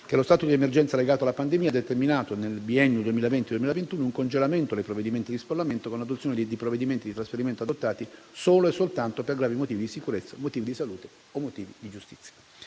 che lo stato d'emergenza legato alla pandemia ha determinato, nel biennio 2020-2021, un congelamento dei provvedimenti di sfollamento, con l'adozione di provvedimenti di trasferimento adottati soltanto per gravi motivi di sicurezza, di salute o di giustizia.